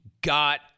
got